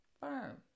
firm